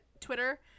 Twitter